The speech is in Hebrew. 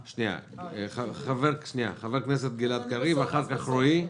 חבר הכנסת גלעד קריב, אחר-כך רועי,